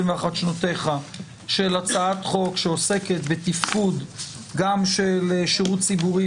שנותיך של הצעת חוק שעוסקת בתפקוד גם של שירות ציבורי